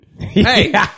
Hey